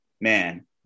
man